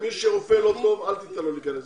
מי שרופא לא טוב, אל תיתן לו להיכנס.